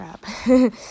crap